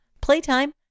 playtime